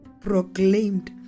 proclaimed